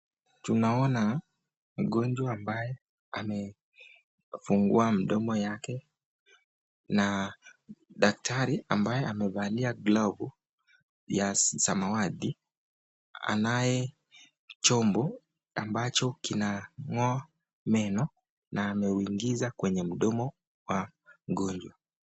Tunaona mgonjwa ambaye amefungua mdomo yake na daktari ambaye amevalia glovo ya samawati anaye chombo ambacho kinang'oa meno na ameweingiza kwenye mdomo wa mgonjwa.